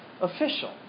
official